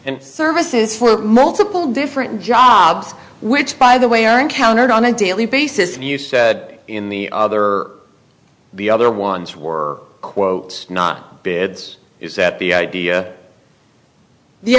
water services for multiple different jobs which by the way are encountered on a daily basis and you said in the other the other ones were quote not beds is that the idea the